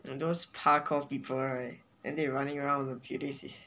you know those parkour people right then they running around the is